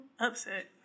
Upset